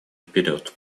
вперед